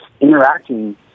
interacting